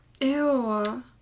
Ew